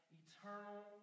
eternal